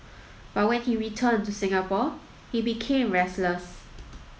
but when he returned to Singapore he became restless